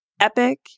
epic